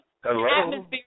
Hello